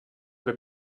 wer